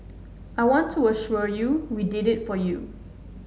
I want to assure you we did it for you